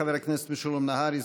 חבר הכנסת משולם נהרי,